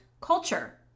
culture